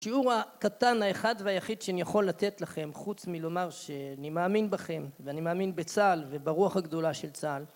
שיעור הקטן, האחד והיחיד שאני יכול לתת לכם, חוץ מלומר שאני מאמין בכם, ואני מאמין בצה״ל וברוח הגדולה של צה״ל